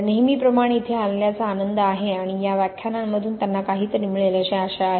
नेहमीप्रमाणे इथे आल्याचा आनंद आहे आणि या व्याख्यानांमधून त्यांना काहीतरी मिळेल अशी आशा आहे